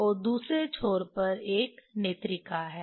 और दूसरे छोर पर एक नेत्रिका है